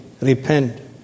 repent